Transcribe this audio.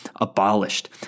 abolished